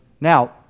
Now